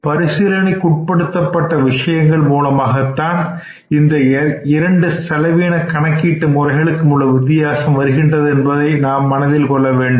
பரிசீலனைக்கு உட்படுத்த விஷயங்கள் மூலமாகத்தான் இந்த இரண்டு செலவின கணக்கீட்டு முறைகளுக்கும் வித்தியாசம் வருகின்றன என்பதை நாம் மனதில் கொள்ள வேண்டும்